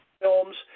films